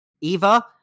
Eva